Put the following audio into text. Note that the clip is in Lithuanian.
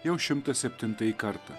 jau šimta septintąjį kartą